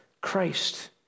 Christ